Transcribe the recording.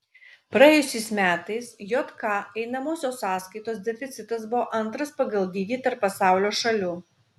praėjusiais metais jk einamosios sąskaitos deficitas buvo antras pagal dydį tarp pasaulio šalių